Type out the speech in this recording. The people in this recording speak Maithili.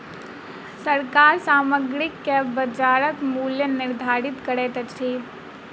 सरकार सामग्री के बजारक मूल्य निर्धारित करैत अछि